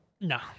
No